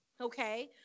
okay